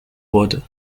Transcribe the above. border